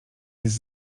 jest